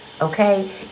okay